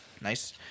Nice